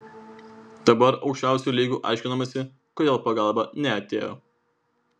dabar aukščiausiu lygiu aiškinamasi kodėl pagalba neatėjo